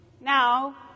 Now